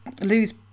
lose